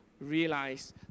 realize